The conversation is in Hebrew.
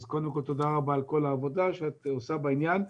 תודה רבה על כל העבודה שאת עושה בעניין.